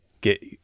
Get